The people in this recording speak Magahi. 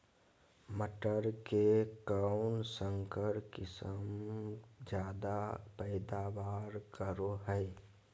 मटर के कौन संकर किस्म जायदा पैदावार करो है?